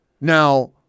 Now